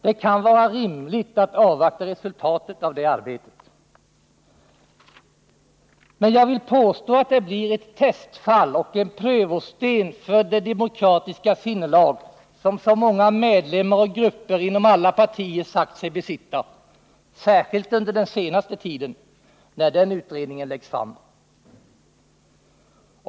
Det kan vara rimligt att avvakta resultatet av det arbetet. Men jag vill påstå att det blir ett testfall och en prövosten för det demokratiska sinnelag som så många medlemmar och grupper inom alla partier sagt sig besitta, särskilt under den senaste tiden, när den utredningen läggs fram.